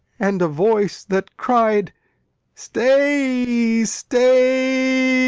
and a voice that cried stay, stay,